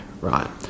Right